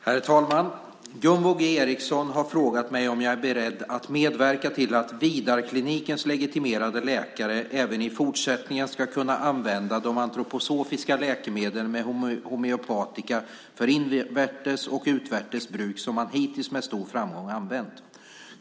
Herr talman! Gunvor G Ericson har frågat mig om jag är beredd att medverka till att Vidarklinikens legitimerade läkare även i fortsättningen ska kunna använda de antroposofiska läkemedel med homeopatika för invärtes och utvärtes bruk som man hittills med stor framgång använt.